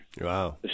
Wow